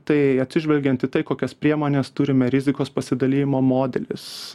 tai atsižvelgiant į tai kokias priemones turime rizikos pasidalijimo modelis